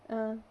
ah